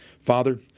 Father